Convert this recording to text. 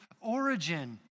origin